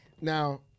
Now